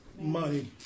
money